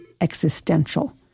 existential